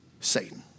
Satan